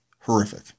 horrific